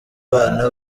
bana